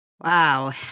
Wow